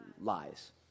lies